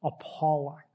appalling